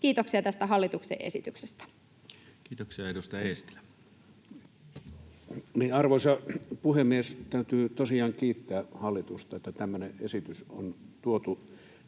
Kiitoksia tästä hallituksen esityksestä. Kiitoksia. — Edustaja Eestilä. Arvoisa puhemies! Täytyy tosiaan kiittää hallitusta, että tämmöinen esitys on tuotu